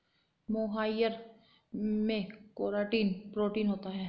मोहाइर में keratin protein होता है